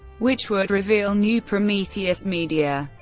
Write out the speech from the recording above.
which would reveal new prometheus media.